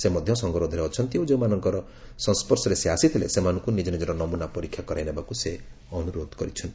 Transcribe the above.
ସେ ମଧ୍ୟ ସଙ୍ଗରୋଧରେ ଅଛନ୍ତି ଓ ଯେଉଁମାନେ ତାଙ୍କ ସଂସ୍ୱର୍ଶରେ ଆସିଥିଲେ ସେମାନଙ୍କୁ ନିଜ ନିକର ନମୁନା ପରୀକ୍ଷା କରାଇ ନେବାକୁ ଅନୁରୋଧ କରିଛନ୍ତି